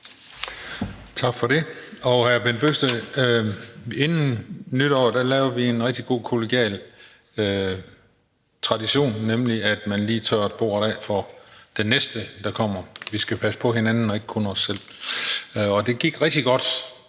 sige til hr. Bent Bøgsted, at inden nytår lavede vi en rigtig god kollegial tradition, nemlig at man lige tørrede bordet af for den næste, der kom herop. Vi skal passe på hinanden og ikke kun os selv. Og det gik rigtig godt